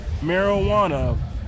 marijuana